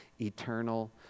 eternal